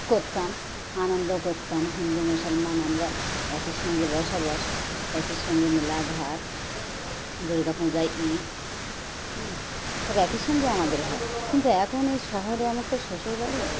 করতাম আনন্দ করতাম হিন্দু মুসলমান আমরা একই সঙ্গে বসবাস একই সঙ্গে মেলাঘাট দুর্গাপূজা ঈদ হুম সব একই সঙ্গে আমাদের হয় কিন্তু এখন এই শহরে আমার তো শ্বশুরবাড়ি